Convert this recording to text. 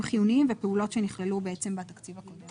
חיוניים ופעולות שנכללו בתקציב הקודם.